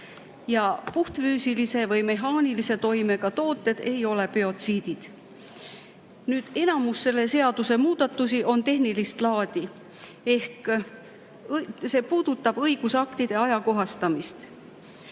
Puhtfüüsilise või mehaanilise toimega tooted ei ole biotsiidid. Nüüd, enamus selle seaduse muudatusi on tehnilist laadi ehk see puudutab õigusaktide ajakohastamist.